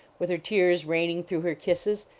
with her tears raining through her kisses,